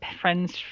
friends